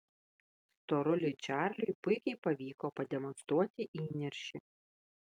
storuliui čarliui puikiai pavyko pademonstruoti įniršį